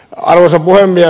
arvoisa puhemies